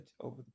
over